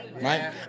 right